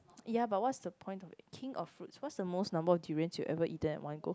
ya what's the point to make king of fruits what's the most number of durians you have ever eaten at one go